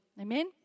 Amen